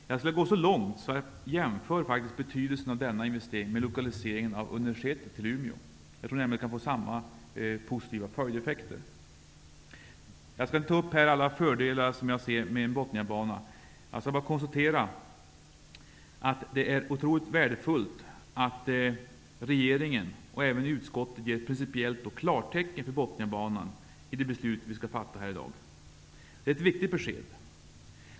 Jag skulle vilja gå så långt att jag jämför betydelsen av denna investering med lokaliseringen av universitetet till Umeå. Jag tror nämligen att det kan bli likadana positiva följdeffekter. Jag skall inte ta upp alla de fördelar jag kan se med en Botniabana. Men jag konstaterar att det är otroligt värdefullt att regeringen, och även utskottet, ger principiellt klartecken för Botniabanan i det beslut vi skall fatta i dag. Det är ett viktigt besked.